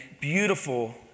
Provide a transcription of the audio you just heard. beautiful